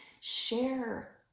Share